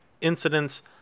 incidents